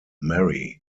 marry